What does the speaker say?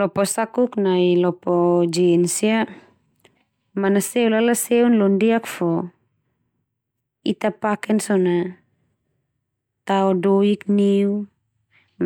Lopo sakuk nai lopo jins ia, manaseu la ala seun londiak fo ita paken so na tao doik neu,